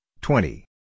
twenty